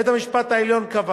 בית-המשפט העליון קבע